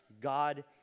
God